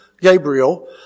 Gabriel